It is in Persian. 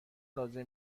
لازم